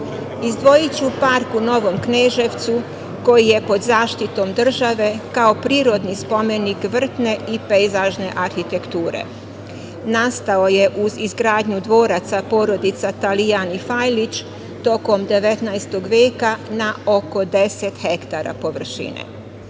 Izdvojiću park u Novom Kneževcu koji je pod zaštitom države, kao prirodni spomenik vrtne i pejzažne arhitekture. Nastao je uz izgradnju dvoraca porodica Talijan i Fajlić tokom 19. veka na oko 10 hektara površine. Ovom